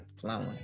Flowing